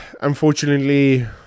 Unfortunately